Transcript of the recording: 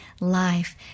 life